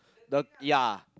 the ya